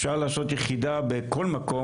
אפשר לעשות יחידה בכל מקום,